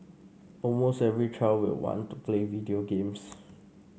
almost every child will want to play video games